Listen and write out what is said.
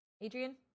Adrian